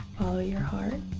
follow your heart